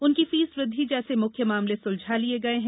उनकी फीस वृद्वि जैसे मुख्य मामले सुलझा लिए गए हैं